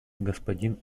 господин